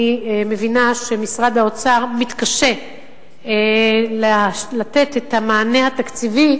אני מבינה שמשרד האוצר מתקשה לתת את המענה התקציבי,